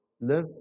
Live